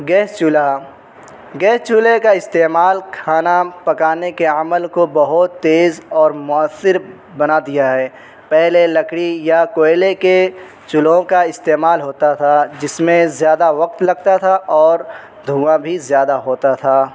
gas چولہا gas چولہے کا استعمال کھانا پکانے کے عمل کو بہت تیز اور مؤثر بنا دیا ہے پہلے لکڑی یا کوئلے کے چولہوں کا استعمال ہوتا تھا جس میں زیادہ وقت لگتا تھا اور دھواں بھی زیادہ ہوتا تھا